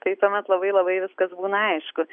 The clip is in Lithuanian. tai tuomet labai labai viskas būna aišku